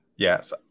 Yes